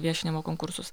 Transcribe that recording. viešinimo konkursus